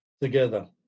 together